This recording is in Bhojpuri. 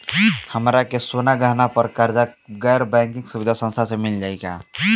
हमरा के सोना गहना पर कर्जा गैर बैंकिंग सुविधा संस्था से मिल जाई का?